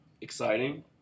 exciting